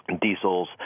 diesels